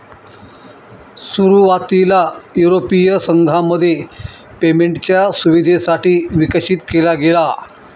सुरुवातीला युरोपीय संघामध्ये पेमेंटच्या सुविधेसाठी विकसित केला गेला